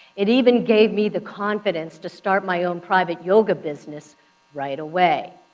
it even gave me the confidence to start my own private yoga business right away.